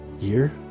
year